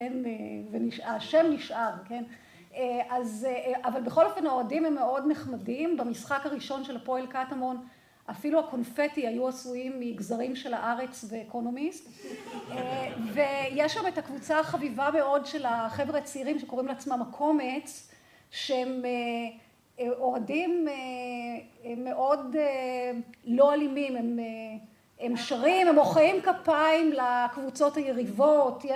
‫השם נשאר, כן? ‫אז אבל בכל אופן, ‫האוהדים הם מאוד נחמדים. ‫במשחק הראשון של הפועל קטמון, ‫אפילו הקונפטי היו עשויים ‫מגזרים של הארץ ואקונומיסט. ‫ויש שם את הקבוצה החביבה מאוד ‫של החבר'ה הצעירים, ‫שקוראים לעצמם הקומץ, ‫שהם אוהדים מאוד לא אלימים. ‫הם שרים, הם מוחאים כפיים ‫לקבוצות היריבות...